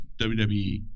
WWE